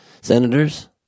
senators